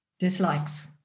dislikes